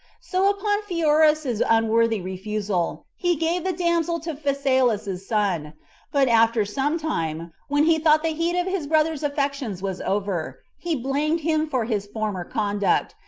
so upon pheroras's unworthy refusal, he gave the damsel to phasaelus's son but after some time, when he thought the heat of his brother's affections was over, he blamed him for his former conduct,